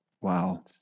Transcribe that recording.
Wow